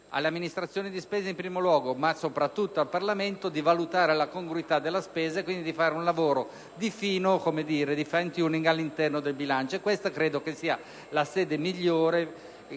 alle amministrazioni di spesa in primo luogo, ma soprattutto al Parlamento, di valutare la congruità della spesa e quindi di fare uno lavoro di fino, una sorta di *fine tuning*, all'interno del bilancio, cosa che potrà essere svolta